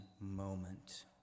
moment